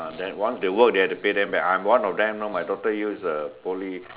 then they once they work they have to pay then back I'm one of them know my daughter use the Poly